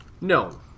No